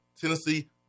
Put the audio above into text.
Tennessee